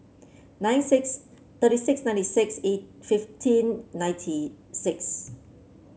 nine six thirty six ninety six fifteen ninety six